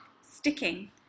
sticking